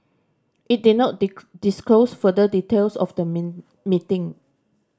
it did not disclose further details of the meeting